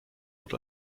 wird